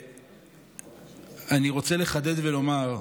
ואני רוצה לחדד ולומר,